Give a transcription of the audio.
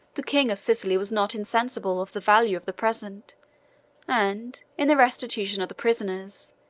the king of sicily was not insensible of the value of the present and, in the restitution of the prisoners,